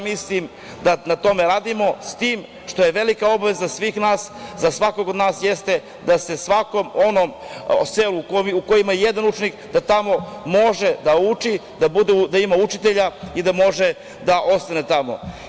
Mislim da na tome radimo, s tim što je velika obaveza svih nas, za svakog od nas jeste da se svakom onom selu, gde je jedan učenik da tamo može, da uči, da ima učitelja i da može da ostane tamo.